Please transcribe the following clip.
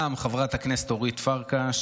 חברת הכנסת אורית פרקש,